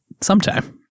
sometime